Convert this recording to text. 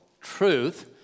truth